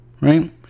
right